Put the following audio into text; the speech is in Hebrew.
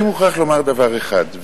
אני מוכרח לומר דבר אחד,